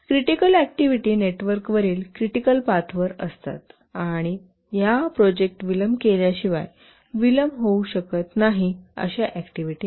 critical activity नेटवर्कवरील critical पाथवर असतात आणि या प्रोजेक्ट विलंब केल्याशिवाय विलंब होऊ शकत नाही अशा ऍक्टिव्हिटी आहेत